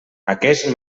aquest